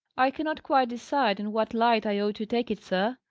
i cannot quite decide in what light i ought to take it, sir,